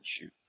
shoot